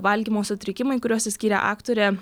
valgymo sutrikimai kuriuos išskyrė aktorė